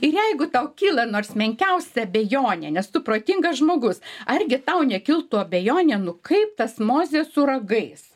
ir jeigu tau kyla nors menkiausia abejonė nes tu protingas žmogus argi tau nekiltų abejonė nu kaip tas mozė su ragais